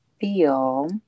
feel